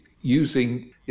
using